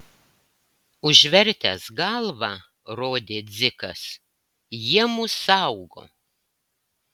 užvertęs galvą rodė dzikas jie mus saugo